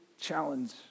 challenge